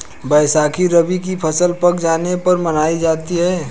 बैसाखी रबी की फ़सल पक जाने पर मनायी जाती है